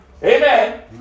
Amen